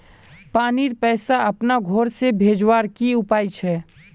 पानीर पैसा अपना घोर से भेजवार की उपाय छे?